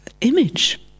image